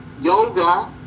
yoga